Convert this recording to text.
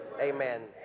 amen